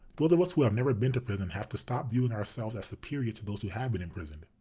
but of us who have never been to prison have to stop viewing ourselves as superior to those who have been imprisoned.